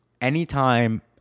Anytime